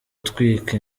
utwika